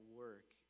work